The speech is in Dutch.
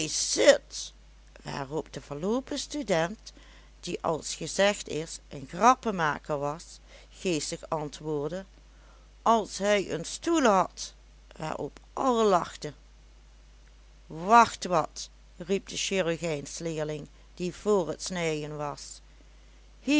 zit waarop de verloopen student die als gezegd is een grappenmaker was geestig antwoordde als hij een stoel had waarop allen lachten wacht wat riep de chirurgijnsleerling die voor t snijen was hier